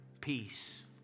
peace